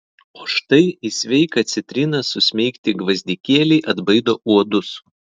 o štai į sveiką citriną susmeigti gvazdikėliai atbaido uodus